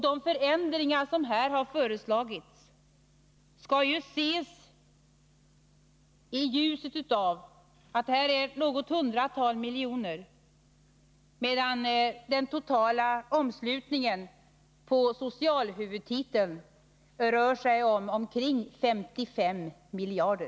De förändringar som här föreslagits uppgår till några hundratal miljoner kronor. Det skall ses i ljuset av att socialhuvudtiteln totalt omsluter omkring 55 miljarder.